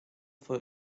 for